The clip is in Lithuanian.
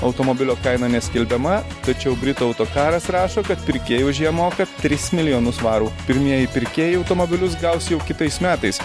automobilio kaina neskelbiama tačiau britų autokaras rašo kad pirkėjai už ją moka tris milijonus svarų pirmieji pirkėjai automobilius gaus jau kitais metais